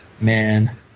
Man